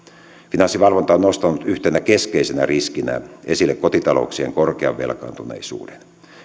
finanssivalvonta on nostanut yhtenä keskeisenä riskinä esille kotitalouksien korkean velkaantuneisuuden